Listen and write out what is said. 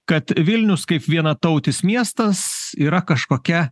kad vilnius kaip vienatautis miestas yra kažkokia